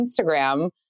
Instagram